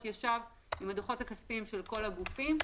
בדק את הדוחות הכספיים של כל הגופים,